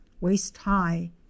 waist-high